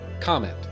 comment